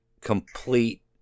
complete